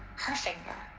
her finger!